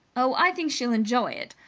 oh, i think she'll enjoy it!